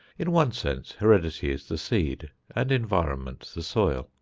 in one sense heredity is the seed, and environment the soil.